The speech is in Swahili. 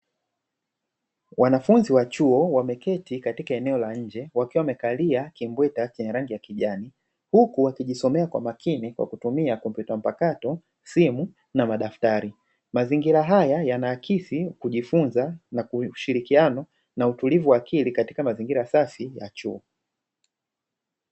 Wanafunzi wa chuo wameketi katika eneo la nje wakiwa wamekalia kimbweta chenye rangi ya kijani, huku wakijisomea kwa makini kwa kutumia: kompyuta mpakato, simu na madaftari. Mazingira haya yanaakisi kujifunza na kushirikiana na utulivu wa akili katika mazingira safi ya chuo.